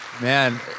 Man